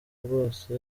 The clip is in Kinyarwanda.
bwose